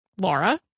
Laura